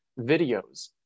videos